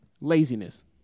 laziness